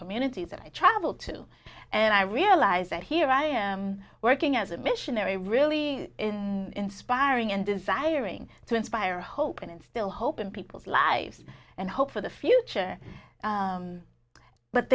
communities that i travel to and i realize that here i am working as a missionary really inspiring and desiring to inspire hope and instill hope in people's lives and hope for the future